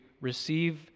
receive